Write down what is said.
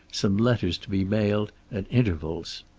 some letters to be mailed at intervals.